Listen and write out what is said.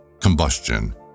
Combustion